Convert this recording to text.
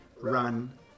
run